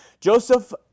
Joseph